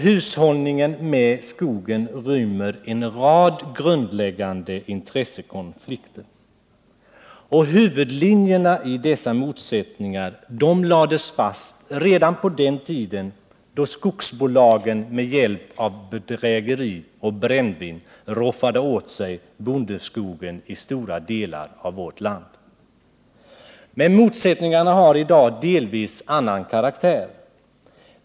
Hushållningen med skogen rymmer en rad grundläggande intressekonflikter. Huvudlinjerna i dessa motsättningar lades fast redan på den tiden då skogsbolagen med hjälp av bedrägeri och brännvin roffade åt sig bondeskogen i stora delar av vårt land. Motsättningarna har i dag delvis annan karaktär.